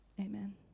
amen